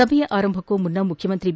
ಸಭೆಯ ಆರಂಭಕ್ಕೂ ಮುನ್ನ ಮುಖ್ಯಮಂತ್ರಿ ಬಿ